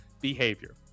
behavior